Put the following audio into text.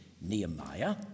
Nehemiah